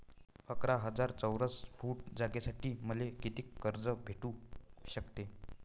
अकरा हजार चौरस फुट जागेसाठी मले कितीक कर्ज भेटू शकते?